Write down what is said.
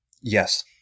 Yes